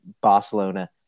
Barcelona